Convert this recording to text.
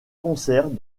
concerts